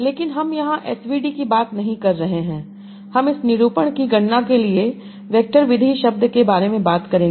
लेकिन हम यहां SVD की बात नहीं कर रहे हैं हम इस निरूपण की गणना के लिए वेक्टर विधि शब्द के बारे में बात करेंगे